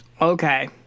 Okay